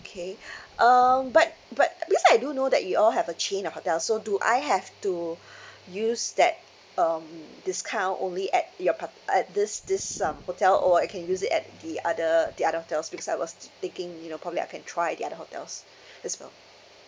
okay um but but because I do know that you all have a chain of hotel so do I have to use that um discount only at your par~ at this this um hotel or I can use it at the other the other hotels because I was thinking you know probably I can try the other hotels as well